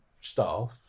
staff